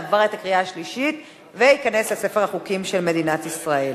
עבר בקריאה שלישית וייכנס לספר החוקים של מדינת ישראל.